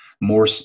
more